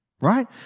Right